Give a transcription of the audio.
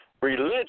Religion